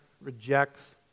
rejects